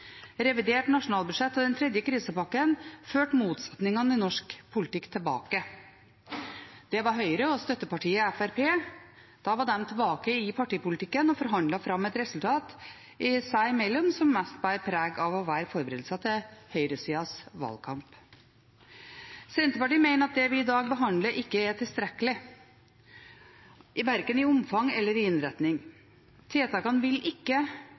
Revidert nasjonalbudsjett og den tredje krisepakka førte motsetningene i norsk politikk tilbake. Høyre og støttepartiet Fremskrittspartiet var tilbake i partipolitikken og forhandlet fram et resultat seg imellom som mest bar preg av å være forberedelser til høyresidens valgkamp. Senterpartiet mener at det vi i dag behandler, ikke er tilstrekkelig verken i omfang eller i innretning. Tiltakene vil ikke